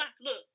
Look